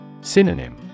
Synonym